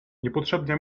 niepotrzebnie